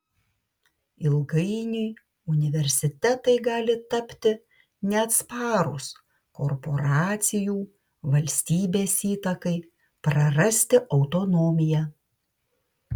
ilgainiui universitetai gali tapti neatsparūs korporacijų valstybės įtakai prarasti autonomiją